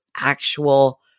actual